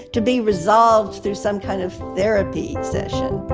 to be resolved through some kind of therapy session